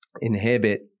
inhibit